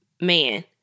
man